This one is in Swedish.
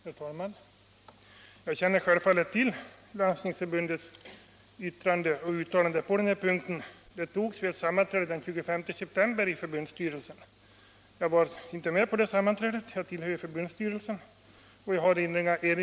Herr talman! Jag känner självfallet till Landstingsförbundets yttrande på denna punkt. Yttrandet antogs vid ett sammanträde den 25 september i förbundsstyrelsen. Jag tillhör förbundsstyrelsen men var inte med på detta sammanträde. Jag har inga erinringar att göra mot yttrandet.